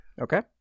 Okay